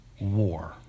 war